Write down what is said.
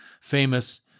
famous